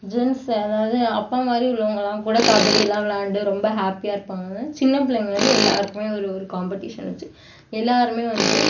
gents அதாவது அப்பா மாதிரி உள்ளவங்கலாம் கூட கபடிலாம் விளாண்டு ரொம்ப ஹாப்பியாக இருப்பாங்க சின்ன பிள்ளைங்கள்லேருந்து எல்லோருக்குமே ஒரு ஒரு காம்பெட்டிஷன் வச்சு எல்லோருமே வந்து